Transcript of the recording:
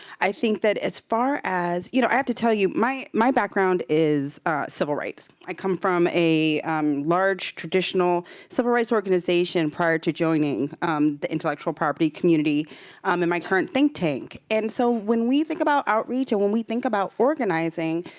i think that as far as you know, i have to tell you my my background is civil rights. i come from a large, traditional civil rights organization prior to joining the intellectual property community um and my current think tank. and so, when we think about outreach, and when we think about organizing,